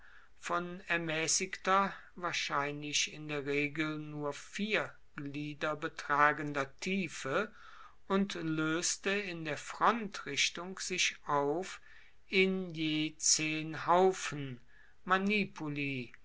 von ermaessigter wahrscheinlich in der regel nur vier glieder betragender tiefe und loeste in der frontrichtung sich auf in je zehn haufen